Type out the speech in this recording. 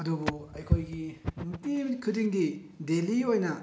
ꯑꯗꯨꯕꯨ ꯑꯩꯈꯣꯏꯒꯤ ꯅꯨꯡꯇꯤ ꯅꯨꯃꯤꯠ ꯈꯨꯗꯤꯡꯒꯤ ꯗꯦꯜꯂꯤ ꯑꯣꯏꯅ